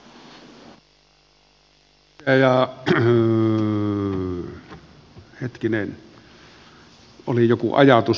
hetkinen oli joku ajatus mutta tuota